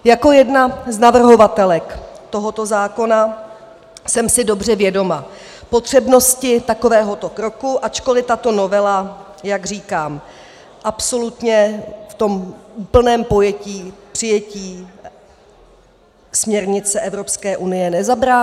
Jako jedna z navrhovatelek tohoto zákona jsem si dobře vědoma potřebnosti takovéhoto kroku, ačkoliv tato novela, jak říkám, absolutně v tom úplném pojetí přijetí směrnice Evropské unie nezabrání.